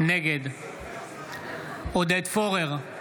נגד עודד פורר,